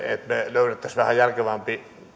löytäisimme vähän järkevämmän